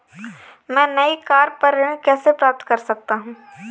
मैं नई कार पर ऋण कैसे प्राप्त कर सकता हूँ?